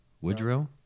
Woodrow